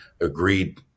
agreed